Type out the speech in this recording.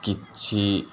କିଛି